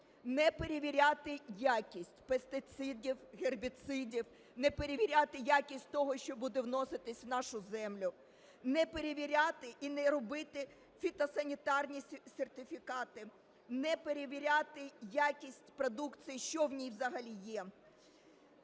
не перевіряти якість пестицидів, гербіцидів, не перевіряти якість того, що буде вноситися в нашу землю, не перевіряти і не роботи фітосанітарні сертифікати, не перевіряти якість продукції, що в ній взагалі є.